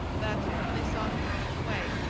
that, when they saw him rowing away,